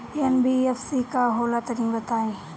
NBFC का होला तनि बताई?